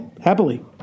Happily